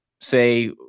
say